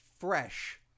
fresh